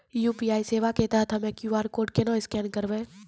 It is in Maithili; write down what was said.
यु.पी.आई सेवा के तहत हम्मय क्यू.आर कोड केना स्कैन करबै?